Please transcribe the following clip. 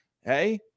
hey